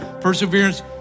perseverance